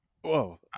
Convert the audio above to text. Whoa